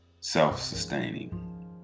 self-sustaining